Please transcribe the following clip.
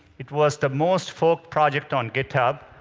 it was the most forked project on github,